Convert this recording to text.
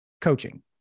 coaching